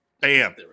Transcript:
bam